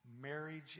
marriage